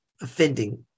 offending